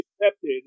accepted